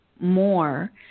more